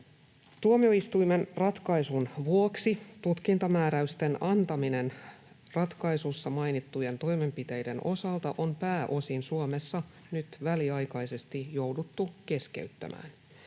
Tuomioistuimen ratkaisun vuoksi tutkintamääräysten antaminen ratkaisussa mainittujen toimenpiteiden osalta on pääosin Suomessa nyt väliaikaisesti jouduttu keskeyttämään.